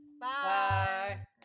Bye